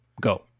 Go